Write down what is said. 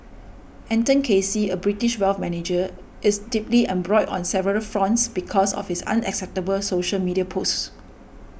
Anton Casey a British wealth manager is deeply embroiled on several fronts because of his unacceptable social media posts